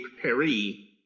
Perry*